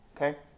Okay